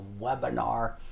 webinar